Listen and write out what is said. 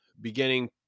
beginning